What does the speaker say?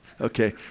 Okay